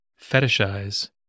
fetishize